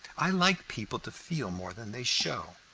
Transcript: i like people to feel more than they show.